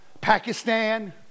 Pakistan